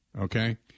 Okay